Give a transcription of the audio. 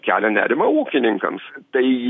kelia nerimą ūkininkams tai